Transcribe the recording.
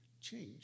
change